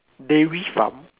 dairy farm